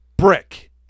brick